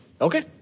Okay